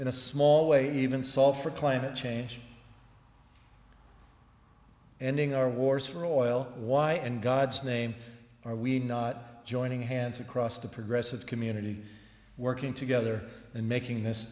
in a small way even solve for climate change and in our wars for oil why in god's name are we not joining hands across the progressive community working together and making this